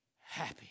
happy